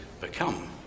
become